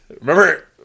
Remember